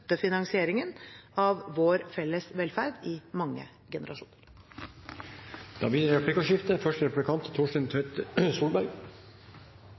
av vår felles velferd i mange generasjoner. Det blir replikkordskifte.